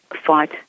fight